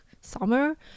summer